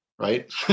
Right